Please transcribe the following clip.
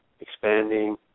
expanding